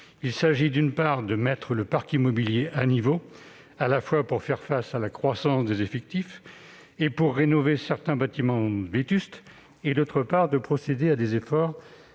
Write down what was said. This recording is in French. Il s'agit, d'une part, de mettre le parc immobilier à niveau, à la fois pour faire face à la croissance des effectifs et pour rénover certains bâtiments vétustes, d'autre part, d'accroître les capacités